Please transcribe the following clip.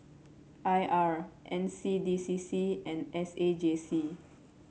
I R N C D C C and S A J C